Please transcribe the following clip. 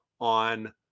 on